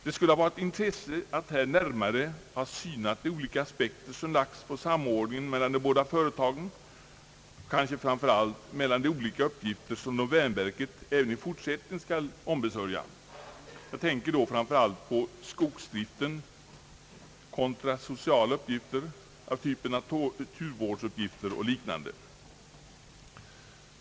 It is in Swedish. Det skulle ha varit av intresse att här närmare ha synat de olika aspekter som lagts på samordningen mellan de båda företagen — kanske framför allt de olika uppgifter som domänverket även i fortsättningen skall ombesörja — jag tänker då framför allt på skogsdriften kontra sociala uppgifter av typen naturvård och liknande.